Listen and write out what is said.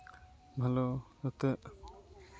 ᱵᱷᱟᱞᱮ ᱡᱟᱛᱮ